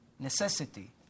necessity